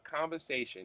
conversation